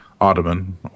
ottoman